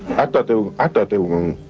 i thought they were, i thought they were